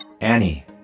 Annie